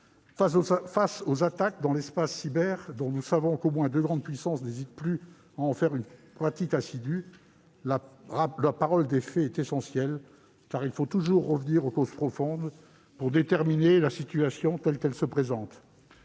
Face aux attaques dans le cyberespace, dont nous savons qu'au moins deux grandes puissances n'hésitent plus à faire un usage assidu, la vérité des faits est essentielle. Il faut en effet toujours revenir aux causes profondes pour déterminer la situation telle qu'elle se présente.